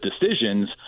decisions